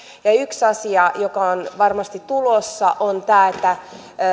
yksi asia joka on varmasti tulossa on tämä että